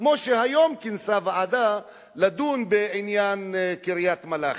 כמו שהיום כינסה ועדה לדון בעניין קריית-מלאכי.